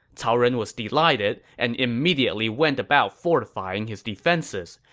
cao ren was delighted and immediately went about fortifying his defenses.